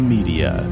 Media